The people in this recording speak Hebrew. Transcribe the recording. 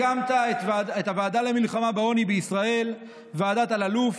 הקמת את הוועדה למלחמה בעוני בישראל, ועדת אלאלוף,